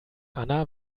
anna